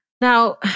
Now